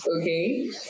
Okay